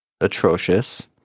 atrocious